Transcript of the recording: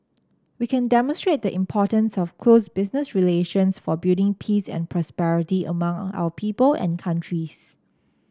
we can demonstrate the importance of close business relations for building peace and prosperity among our people and countries